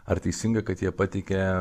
ar teisinga kad jie pateikia